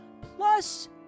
plus